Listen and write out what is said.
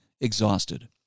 exhausted